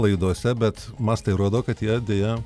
laidose bet mastai rodo kad jie deja